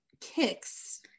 kicks